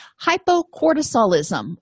Hypocortisolism